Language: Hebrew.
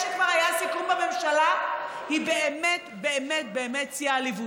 שכבר היה סיכום בממשלה היא באמת באמת שיא העליבות.